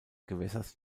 gewässers